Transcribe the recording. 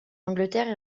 angleterre